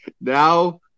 now